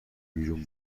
بیرون